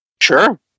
Sure